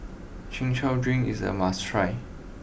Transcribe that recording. Chin Chow drink is a must try